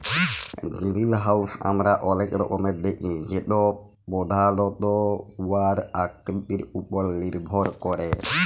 greenhouse আমরা অলেক রকমের দ্যাখি যেট পধালত উয়ার আকৃতির উপর লির্ভর ক্যরে